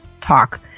talk